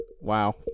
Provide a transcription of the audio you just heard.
wow